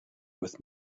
with